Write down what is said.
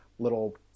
little